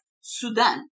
Sudan